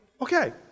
okay